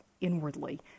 inwardly